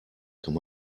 kann